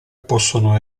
possono